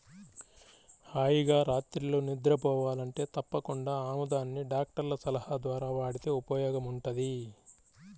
హాయిగా రాత్రిళ్ళు నిద్రబోవాలంటే తప్పకుండా ఆముదాన్ని డాక్టర్ల సలహా ద్వారా వాడితే ఉపయోగముంటది